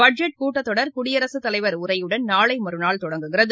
budget கூட்டத்தொடர் குடியரசுத் தலைவர் உரையுடன் நாளைமறுநாள் தொடங்குகிறது